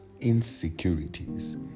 insecurities